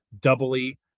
doubly